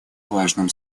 важным